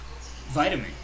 Vitamin